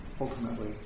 ultimately